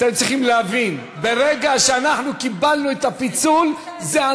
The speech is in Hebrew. אני מקריא את סדר-היום.